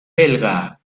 belga